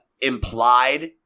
implied